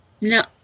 no